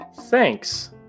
Thanks